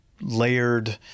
layered